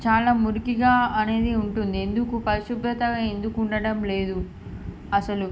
చాల మురికిగా అనేది ఉంటుంది ఎందుకు పరిశుభ్రతగా ఎందుకు ఉండటం లేదు అసలు